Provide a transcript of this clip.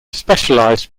specialised